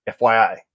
FYI